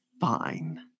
Fine